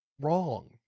wrong